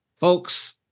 Folks